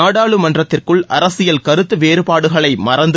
நாடாளுமன்றத்திற்குள் அரசியல் கருத்து வேறுபாடுகளை மறந்து